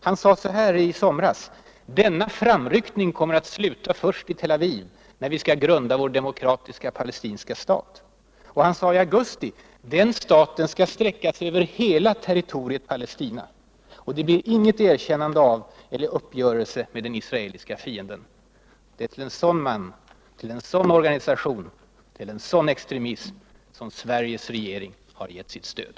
Han sade så här i somras: ”Denna framryckning kommer att sluta först i Tel Aviv, när vi skall grunda vår demokratiska palestinska stat.” Och han sade i augusti: Den staten skall sträcka sig ”över hela territoriet Palestina”. Det blir ”inget erkännande av eller någon uppgörelse med den israeliska fienden”. Det är till en sådan man, till en sådan organisation, till en sådan extremism som Sveriges regering har gett sitt stöd.